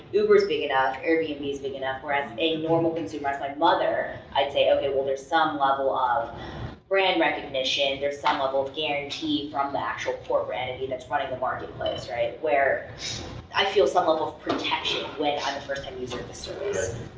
uber's big enough, airbnb's big enough, whereas a normal consumer as my mother, i'd say, okay well there's some level of brand recognition, there's some level of guarantee from the actual corporate entity that's running the marketplace, right? where i feel some level of protection when i'm a first-time user of the service.